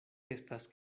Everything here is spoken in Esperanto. estas